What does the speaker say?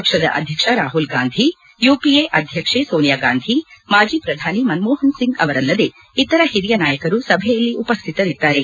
ಪಕ್ಷದ ಅಧ್ಯಕ್ಷ ರಾಹುಲ್ಗಾಂಧಿ ಯುಪಿಎ ಅಧ್ಯಕ್ಷ ಸೋನಿಯಾಗಾಂಧಿ ಮಾಜಿ ಪ್ರಧಾನಿ ಮನಮೋಹನ್ಸಿಂಗ್ ಅವರಲ್ಲದೇ ಇತರ ಹಿರಿಯ ನಾಯಕರು ಸಭೆಯಲ್ಲಿ ಉಪ್ಯತರಿದ್ದಾರೆ